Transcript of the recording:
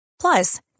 Plus